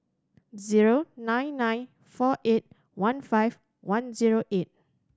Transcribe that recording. zero nine nine four eight one five one zero eight